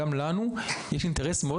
גם לנו יש אינטרס מאוד